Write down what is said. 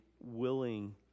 willing